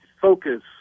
focus